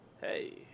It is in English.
Hey